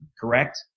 correct